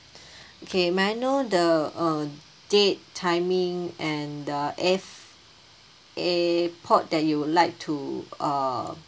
okay may I know the uh date timing and the air~ airport that you would like to uh